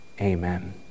Amen